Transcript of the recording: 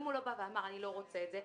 אם הוא לא בא ואמר שהוא לא רוצה את זה,